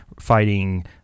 fighting